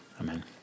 amen